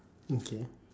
okay